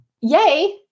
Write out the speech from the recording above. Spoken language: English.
yay